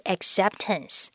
Acceptance